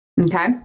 Okay